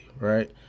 right